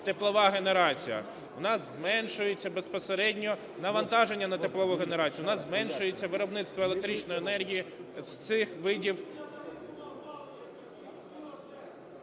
теплова генерація. У нас зменшується безпосередньо навантаження на теплову генерацію, у нас зменшується виробництво електричної енергії з цих видів…